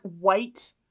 white